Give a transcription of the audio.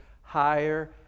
higher